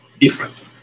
different